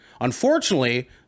Unfortunately